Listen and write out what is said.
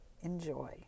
Enjoy